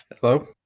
Hello